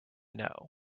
know